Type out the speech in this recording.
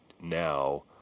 now